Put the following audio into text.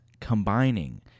combining